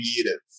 creative